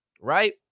right